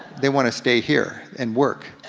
they wanna stay here and work,